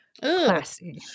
Classy